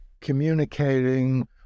communicating